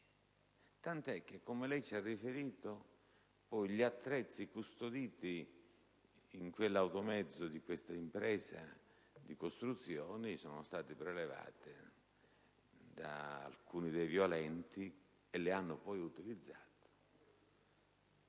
tant'è che - come lei ci ha riferito - gli attrezzi custoditi nell'automezzo di questa impresa di costruzioni sono stati prelevati da alcuni dei violenti e sono stati poi utilizzati.